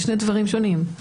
זה שני דברים שונים.